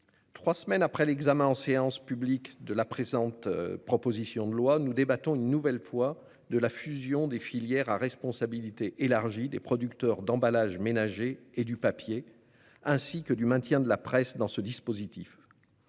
trois semaines après l'examen en séance publique de la présente proposition de loi, nous débattons une nouvelle fois de la fusion des filières à responsabilité élargie des producteurs d'emballages ménagers et du papier, ainsi que du maintien de la presse dans ce dispositif.